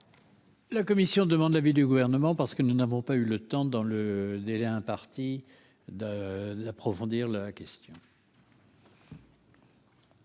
La commission demande l'avis du gouvernement, parce que nous n'avons pas eu le temps dans le délai imparti de l'approfondir la question.